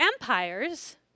empires